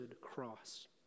cross